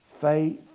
faith